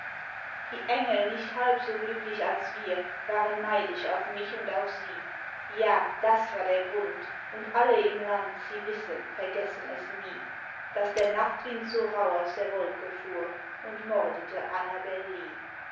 die engel nicht halb so glücklich als wir waren neidisch auf mich und auf sie ja das war der grund und alle im land sie wissen vergessen es nie daß der nachtwind so rauh aus der wolke fuhr und mordete annabel